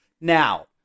Now